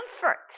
comfort